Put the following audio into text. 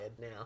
now